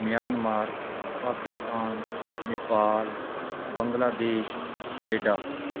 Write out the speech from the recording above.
Myanmar Pakistan Nepal Bangladesh Canada